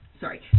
sorry